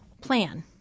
plan